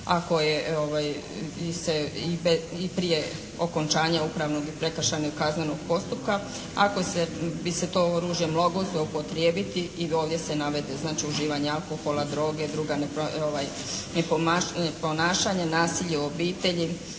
ako se i prije okončanja upravnog, prekršajnog, kaznenog postupka ako se, bi se to oružje moglo zloupotrijebiti i ovdje se navede, znači uživanje alkohola, droge, drugo ponašanje, nasilje u obitelji,